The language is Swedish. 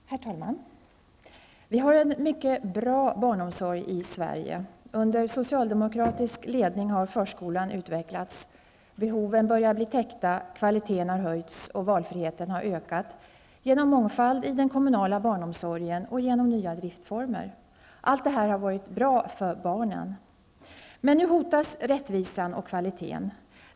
Herr talman! Vi har en mycket bra barnomsorg i Sverige. Under socialdemokratisk ledning har förskolan utvecklats. Behoven börjar bli täckta. Kvaliteten har höjts och valfriheten har ökat genom mångfald i den kommunala barnomsorgen och genom nya driftsformer. Allt detta har varit bra för barnen. Men nu hotas rättvisan och kvaliteten.